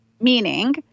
meaning